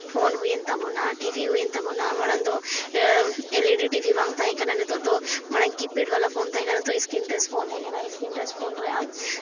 phone ᱦᱩᱭᱮᱱ ᱛᱟᱵᱚᱱᱟ TV ᱦᱩᱭᱮᱱ ᱛᱟᱵᱚᱱᱟ ᱢᱟᱲᱟᱝ ᱫᱚ ᱮᱞ ᱤ ᱰᱤ ᱴᱤᱵᱷᱤ ᱵᱟᱝ ᱛᱟᱦᱮᱸ ᱠᱟᱱᱟ ᱱᱤᱛᱚᱜ ᱫᱚ ᱢᱟᱲᱟᱝ ᱠᱤᱯᱮᱰ ᱵᱟᱞᱟ ᱯᱷᱳᱱ ᱛᱟᱦᱮᱸ ᱠᱟᱱᱟ ᱱᱤᱛᱚᱜ ᱥᱠᱤᱱ ᱴᱟᱪ ᱯᱷᱳᱱ ᱦᱮᱡ ᱮᱱᱟ ᱥᱠᱤᱱ ᱴᱟᱪ ᱯᱷᱳᱱ ᱨᱮ ᱟᱢ